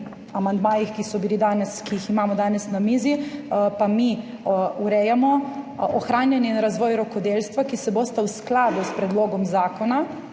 in amandmajih, ki jih imamo danes na mizi, pa mi urejamo ohranjanje in razvoj rokodelstva, ki se bosta v skladu s predlogom zakona